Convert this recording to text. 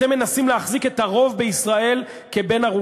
אתם מנסים להחזיק את הרוב בישראל כבן-ערובה.